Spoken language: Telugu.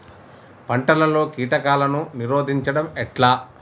పంటలలో కీటకాలను నిరోధించడం ఎట్లా?